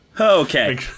Okay